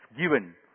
given